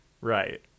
Right